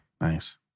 Nice